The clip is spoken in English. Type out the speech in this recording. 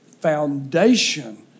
foundation